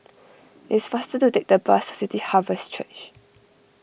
it's faster to take the bus to City Harvest Church